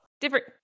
different